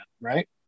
right